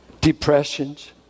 depressions